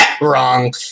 Wrong